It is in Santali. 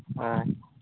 ᱟᱪᱪᱷᱟ